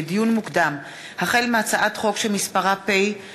לדיון מוקדם: החל בהצעת חוק פ/672/20